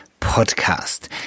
podcast